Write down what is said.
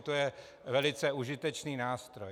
To je velice užitečný nástroj.